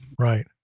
Right